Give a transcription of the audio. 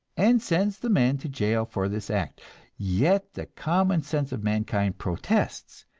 and sends the man to jail for this act yet the common sense of mankind protests,